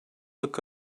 look